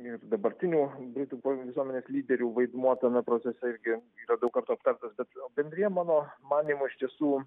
ir dabartinių britų visuomenės lyderių vaidmuo tame procese irgi yra daug kartų aptartas bet bendrija mano manymu iš tiesų